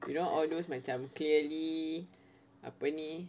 you know all those macam clearly apa ni